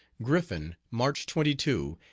griffin, march twenty two,